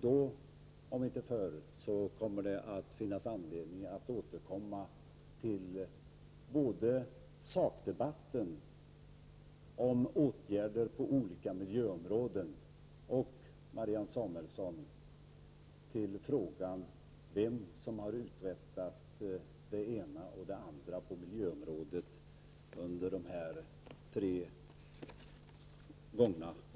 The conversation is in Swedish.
Då om inte förr kommer det att finnas anledning att återkomma till både sakdebatten om åtgärder på olika miljöområden och, Marianne Samuelsson, till frågan vem som har uträttat det ena och det andra på miljöområdet under de här tre